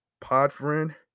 Podfriend